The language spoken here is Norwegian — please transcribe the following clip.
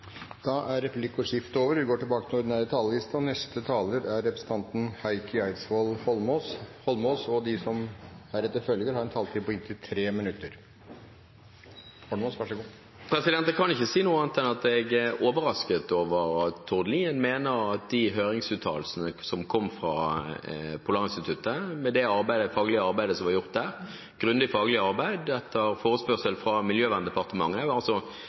Replikkordskiftet er omme. De talere som heretter får ordet, har en taletid på inntil 3 minutter. Jeg kan ikke si noe annet enn at jeg er overrasket over at Tord Lien mener at høringsuttalelsene fra Polarinstituttet – etter det grundige, faglige arbeidet som ble gjort der, etter forespørsel fra Klima- og miljødepartementet, med en minister fra